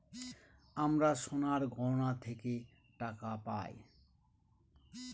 আমরা সোনার গহনা থেকে টাকা পায়